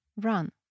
Run